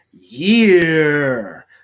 year